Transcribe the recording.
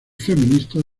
feministas